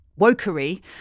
wokery